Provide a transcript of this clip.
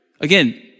Again